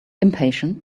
impatient